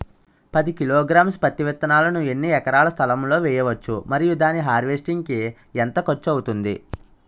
పది కిలోగ్రామ్స్ పత్తి విత్తనాలను ఎన్ని ఎకరాల స్థలం లొ వేయవచ్చు? మరియు దాని హార్వెస్ట్ కి ఎంత ఖర్చు అవుతుంది?